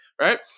right